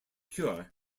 cure